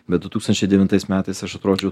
bet du tūkrtančiai devintais metais aš atrodžiau